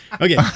Okay